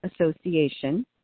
Association